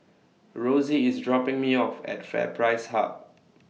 Rosey IS dropping Me off At FairPrice Hub